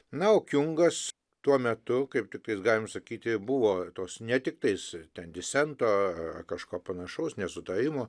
na o kiungas tuo metu kaip tiktais galim sakyti buvo tos ne tiktais ten disento ar kažko panašaus nesutarimo